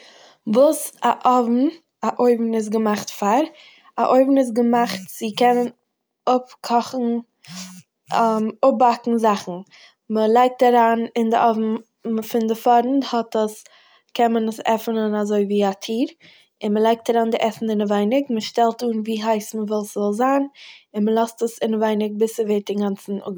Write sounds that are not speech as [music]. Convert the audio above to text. וואס א אווען- א אויווען איז געמאכט פאר. א אויווען איז געמאכט [noise] צו קענען אפקאכן [hesitation] [noise] אפבאקן זאכן. מ'לייגט אריין אין די אווען מ'- פון די פארנט האט עס- קען מען עס עפענען אזויווי א טיר און מ'לייגט אריין די עסן אינעווייניג, מ'שטעלט אן ווי הייס מ'וויל ס'זאל זיין און מ'לאזט עס אינעווייניג ביז ס'ווערט אינגאנצן אפגעבאקן.